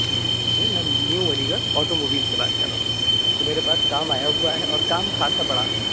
جی جی میں new Aligarh auto mobile سے بات کر رہا ہوں تو میرے پاس کام آیا ہُوا ہے اور کام خاصہ بڑا ہے